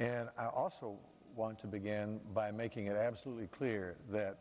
and i also want to begin by making it absolutely clear that